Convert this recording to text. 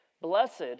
Blessed